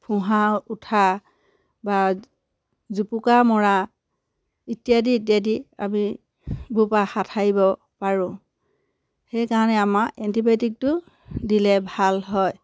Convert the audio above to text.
ফুঁহা উঠা বা জুপুকা মৰা ইত্যাদি ইত্যাদি আমি বোৰৰপৰা হাতসাৰিব পাৰোঁ সেইকাৰণে আমাৰ এণ্টিবায়'টিকটো দিলে ভাল হয়